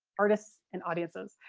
artists, and audiences.